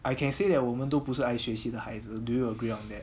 I can say that 我们都不是爱学习的孩子 do you agree on that